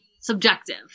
subjective